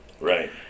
Right